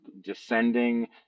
descending